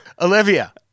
Olivia